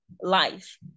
Life